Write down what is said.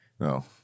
No